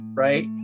Right